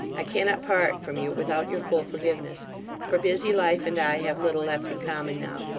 i cannot part from you without your full forgiveness for busy life and i have little left in common now,